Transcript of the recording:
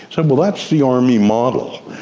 so well, that's the army model.